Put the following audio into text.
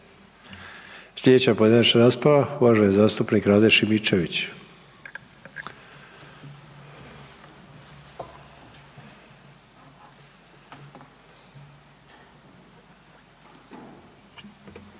Sljedeća pojedinačna rasprava, uvaženi zastupnik Rade Šimičević.